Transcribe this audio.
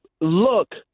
look